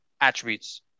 attributes